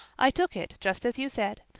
i took it just as you said.